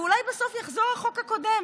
ואולי בסוף יחזור החוק הקודם.